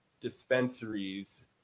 dispensaries